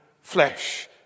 flesh